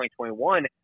2021